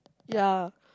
ya